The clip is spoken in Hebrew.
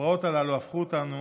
הפרעות הללו הפכו אותנו